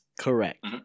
Correct